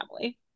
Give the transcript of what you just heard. family